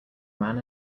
man